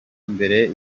mbere